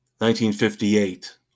1958